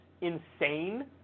insane